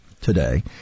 today